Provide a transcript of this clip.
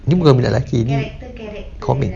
ni bukan lelaki comic